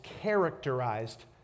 characterized